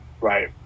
right